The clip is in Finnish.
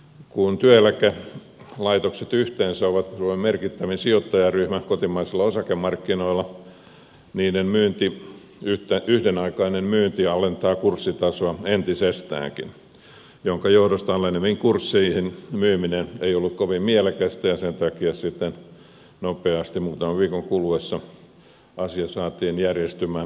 kun työeläkelaitokset yhteensä ovat suomen merkittävin sijoittajaryhmä kotimaisilla osakemarkkinoilla niiden yhdenaikainen myynti alentaa kurssitasoa entisestäänkin minkä johdosta aleneviin kursseihin myyminen ei ollut kovin mielekästä ja sen takia sitten nopeasti muutaman viikon kuluessa asia saatiin järjestymään lainmuutoksella